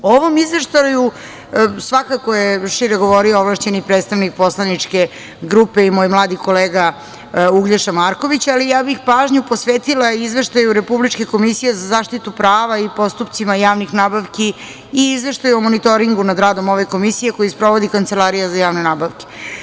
O ovom izveštaju šire je govorio ovlašćeni predstavnik poslaničke grupe i moj mladi kolega Uglješa Marković, ali ja bih pažnju posvetila izveštaju Republičke komisije za zaštitu prava i postupcima javnih nabavki i izveštaju o Monitoringu nad radom ove Komisije koji sprovodi Kancelarija za javne nabavke.